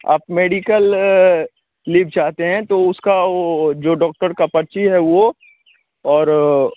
आप medical leave चाहते हैं तो उसका वह जो डॉक्टर की पर्ची है वह और